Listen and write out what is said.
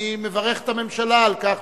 אני מברך את הממשלה על כך